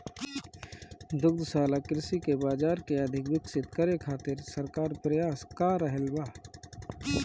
दुग्धशाला कृषि के बाजार के अधिक विकसित करे खातिर सरकार प्रयास क रहल बा